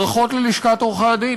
ברכות ללשכת עורכי-הדין